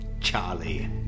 Charlie